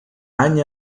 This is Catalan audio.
any